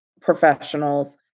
professionals